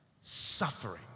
suffering